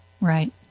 Right